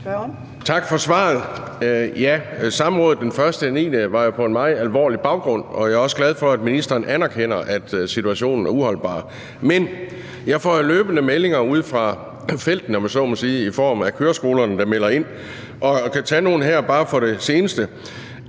Tak for svaret. Samrådet den 1. september var jo på en meget alvorlig baggrund, og jeg er også glad for, at ministeren anerkender, at situationen er uholdbar. Men jeg får jo løbende meldinger ude fra felten, om jeg så må sige, i form af køreskolerne, der melder ind, og jeg kan tage nogle bare her fra den seneste